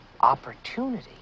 opportunity